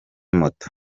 moto